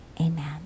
Amen